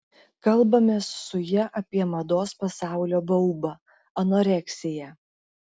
kalbamės su ja apie mados pasaulio baubą anoreksiją